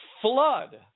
flood